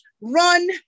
run